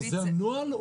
זה הנוהל?